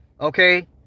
Okay